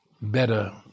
better